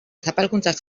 zapalkuntzak